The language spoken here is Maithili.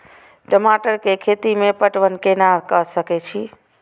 टमाटर कै खैती में पटवन कैना क सके छी?